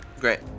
great